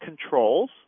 controls